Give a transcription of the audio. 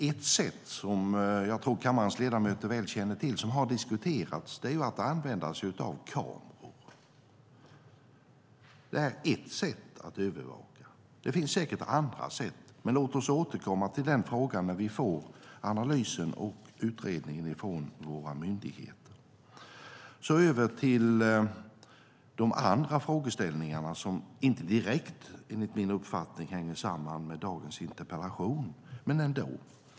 Ett sätt som jag tror att kammarens ledamöter väl känner till och som har diskuterats är att använda sig av kameror. Det är ett sätt att övervaka, och det finns säkert andra. Låt oss återkomma till den frågan när vi får analysen och utredningen från våra myndigheter. Jag går nu över till de andra frågeställningarna som inte direkt, enligt min uppfattning, hänger samman med dagens interpellation - men ändå.